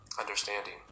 Understanding